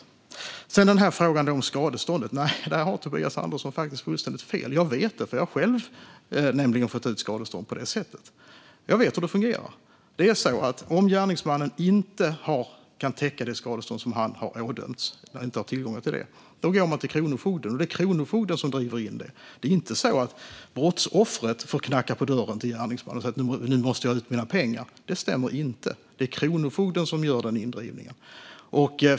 När det sedan gäller frågan om skadeståndet har Tobias Andersson faktiskt fullständigt fel. Jag vet det, för jag har nämligen själv fått ut skadestånd och vet hur det fungerar. Om gärningsmannen inte kan täcka det skadestånd som han har ådömts, om han inte har tillgångar till det, vänder man sig till Kronofogden som driver in det. Det är inte så att brottsoffret får knacka på dörren till gärningsmannen och säga: Nu måste jag få ut mina pengar. Det stämmer inte. Det är Kronofogden som gör indrivningen.